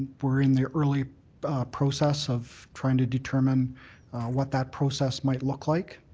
we're in the early process of trying to determine what that process might look like.